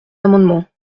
amendement